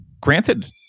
Granted